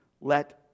let